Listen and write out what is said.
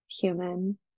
human